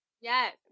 Yes